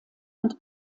und